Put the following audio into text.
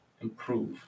improve